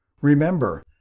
Remember